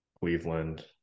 Cleveland